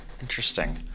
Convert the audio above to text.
Interesting